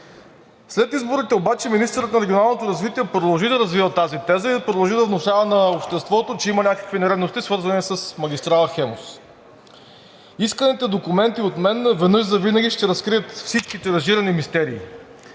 След изборите обаче министърът на регионалното развитие продължи да развива тази теза и продължи да внушава на обществото, че има някакви нередности, свързани с магистрала „Хемус“. Исканите от мен документи веднъж завинаги ще разкрият всички тиражирани мистерии.